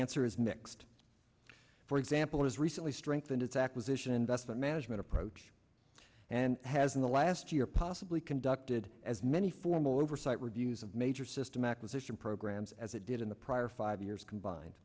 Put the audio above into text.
answer is mixed for example has recently strengthened its acquisition investment management approach and has in the last year possibly conducted as many formal oversight reviews of major system acquisition programs as it did in the prior five years combined